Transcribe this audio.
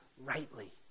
rightly